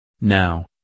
Now